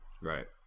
Right